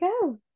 go